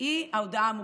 היא ההודעה המוקדמת,